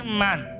man